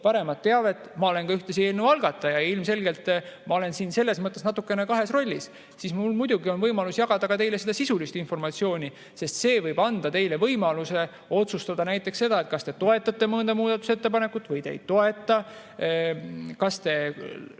paremat teavet, siis ma olen ühtlasi ka eelnõu algataja ja ilmselgelt ma olen siin selles mõttes natukene kahes rollis. Mul on muidugi võimalus jagada teile ka sisulist informatsiooni, sest see võib anda teile võimaluse otsustada näiteks seda, kas te toetate mõnda muudatusettepanekut või te ei toeta, kas te